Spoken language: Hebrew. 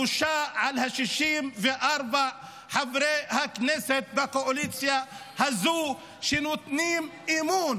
הבושה היא של 64 חברי הכנסת בקואליציה הזו שנותנים אמון